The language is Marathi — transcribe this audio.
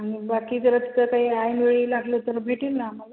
आणि बाकी जरा तिथं काही ऐनवेळी लागलं तर भेटेल ना आम्हाला